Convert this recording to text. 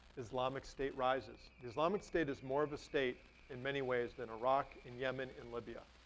islamic state rises. islamic state is more of a state in many ways than iraq, in yemen, in libya.